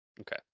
Okay